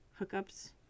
hookups